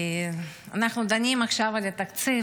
אנחנו דנים עכשיו על התקציב,